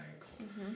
Thanks